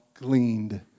gleaned